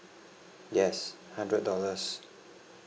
yes hundred dollars